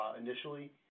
initially